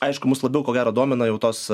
aišku mus labiau ko gero domina jau tos